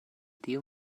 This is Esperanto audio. tiu